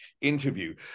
Interview